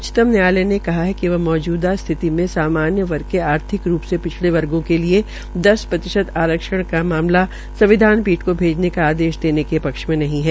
उच्चतम न्यायालय ने कहा है कि वह मौजूदा स्थिति में सामान्य वर्ग के आर्थिक रूप से पिछड़े वर्गो के लिये दस प्रतिशत आरक्षण का मुददा संविधान पीठी को भेजने का आदेश देने के पक्ष में नहीं है